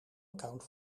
account